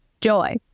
joy